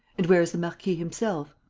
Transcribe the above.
and where is the marquis himself?